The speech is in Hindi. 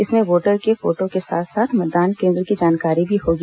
इसमें वोटर की फोटो के साथ साथ मतदान केन्द्र की भी जानकारी होगी